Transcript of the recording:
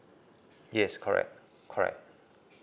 yes correct correct